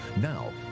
Now